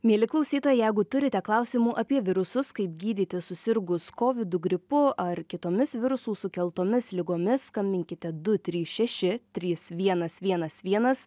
mieli klausytojai jeigu turite klausimų apie virusus kaip gydytis susirgus kovidu gripu ar kitomis virusų sukeltomis ligomis skambinkite du trys šeši trys vienas vienas vienas